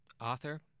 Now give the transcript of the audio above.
Author